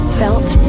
Felt